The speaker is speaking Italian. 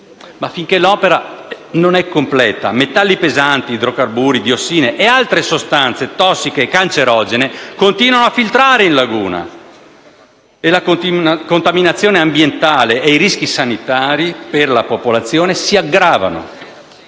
finché l'opera non è completa metalli pesanti, idrocarburi, diossine e altre sostanze tossiche e cancerogene continuano a filtrare in laguna. E la contaminazione ambientale e i rischi sanitari per la popolazione si aggravano.